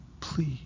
Please